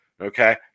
Okay